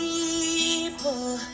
People